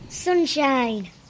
Sunshine